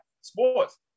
Sports